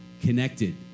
connected